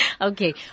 Okay